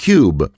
Cube